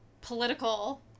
political